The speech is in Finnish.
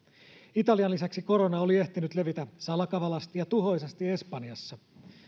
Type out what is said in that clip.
italian lisäksi korona oli ehtinyt levitä salakavalasti ja tuhoisasti espanjassa